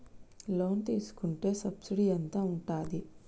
Loan తీసుకుంటే subsidy ఎంత ఉంటది?